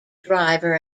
driver